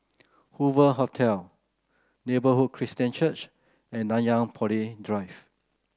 Hoover Hotel Neighbourhood Christian Church and Nanyang Poly Drive